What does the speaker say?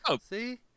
See